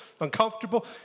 uncomfortable